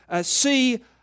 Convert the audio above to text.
see